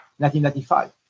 1995